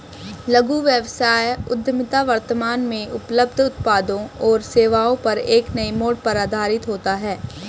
लघु व्यवसाय उद्यमिता वर्तमान में उपलब्ध उत्पादों और सेवाओं पर एक नए मोड़ पर आधारित होता है